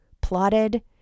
plotted